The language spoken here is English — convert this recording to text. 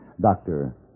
Doctor